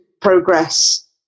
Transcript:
progress